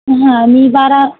हां मी बारा